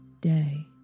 day